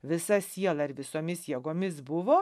visa siela ir visomis jėgomis buvo